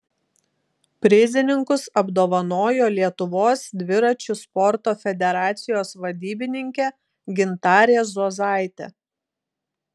prizininkus apdovanojo lietuvos dviračių sporto federacijos vadybininkė gintarė zuozaitė